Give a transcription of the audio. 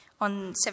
on